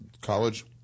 College